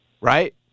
right